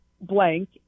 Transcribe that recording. blank